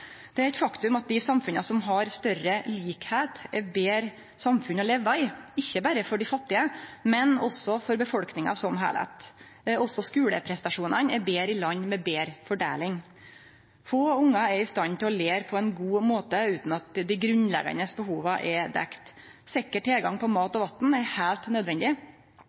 er eit faktum at dei samfunna som har større likskap, er betre samfunn å leve i, ikkje berre for dei fattige, men også for befolkninga i det heile. Også skuleprestasjonane er betre i land med betre fordeling. Få ungar er i stand til å lære på ein god måte utan at dei grunnleggjande behova er dekte. Sikker tilgang på mat og vatn er heilt nødvendig.